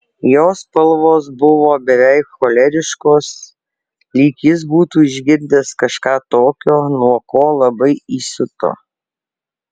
jo spalvos buvo beveik choleriškos lyg jis būtų išgirdęs kažką tokio nuo ko labai įsiuto